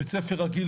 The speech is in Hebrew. בית-ספר רגיל,